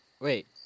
Wait